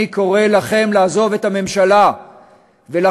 אני קורא לכן לעזוב את הממשלה ולחשוף